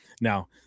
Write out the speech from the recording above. now